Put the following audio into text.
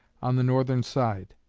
on the northern side.